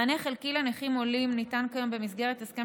מענה חלקי לנכים עולים ניתן כיום במסגרת הסכם